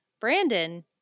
Brandon